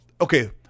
okay